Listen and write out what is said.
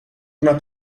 una